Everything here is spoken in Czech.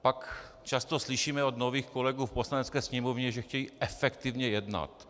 Pak často slyšíme od nových kolegů v Poslanecké sněmovně, že chtějí efektivně jednat.